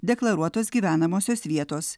deklaruotos gyvenamosios vietos